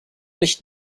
nicht